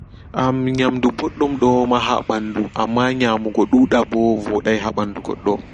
Nyamdu ɓoddum do maha ɓandu amma nyamugo dudaɓo vodai ha ɓandu goddo.